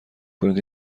کنید